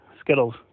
Skittles